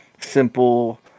simple